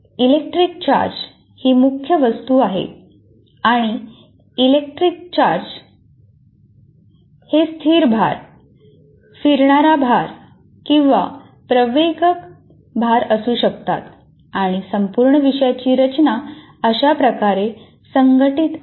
"electric charge" ही मुख्य वस्तू आहे आणि इलेक्ट्रिक चार्ज हे स्थिर भार फिरणारे भार किंवा प्रवेगक भार असू शकतात आणि संपूर्ण विषयची रचना अशाप्रकारे संघटित आहे